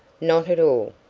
not at all.